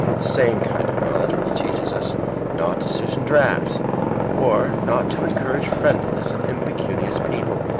the same kind of knowledge which teaches us not to sit in draughts or not to encourage friendliness in impecunious people.